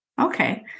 Okay